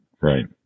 right